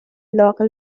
local